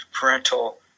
parental